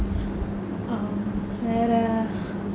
um வேற:vera